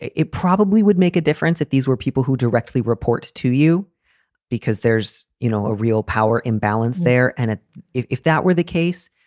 it it probably would make a difference that these were people who directly report to you because there's, you know, a real power imbalance there. and if if that were the case,